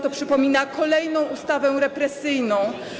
To przypomina kolejną ustawę represyjną.